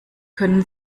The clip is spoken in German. können